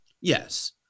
Yes